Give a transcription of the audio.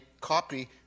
copy